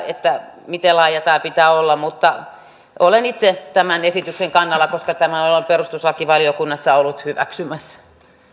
miten laaja tämän pitää olla mutta olen itse tämän esityksen kannalla koska tämän olen perustuslakivaliokunnassa ollut hyväksymässä